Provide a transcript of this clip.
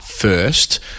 first